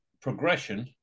progression